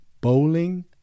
bowling